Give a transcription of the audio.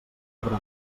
obra